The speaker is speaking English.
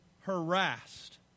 harassed